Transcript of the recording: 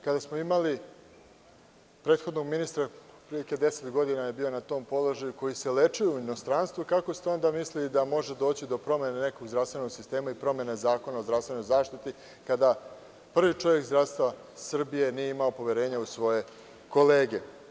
Kada smo imali prethodnog ministra pre nekih deset godina, koji se lečio u inostranstvu, kako ste onda mislili da može doći do promene nekog zdravstvenog sistema i promene Zakona o zdravstvenoj zaštiti kada prvi čovek zdravstva Srbije nije imao poverenja u svoje kolege.